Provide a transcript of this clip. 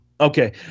Okay